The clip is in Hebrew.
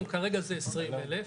כרגע זה עשרים אלף,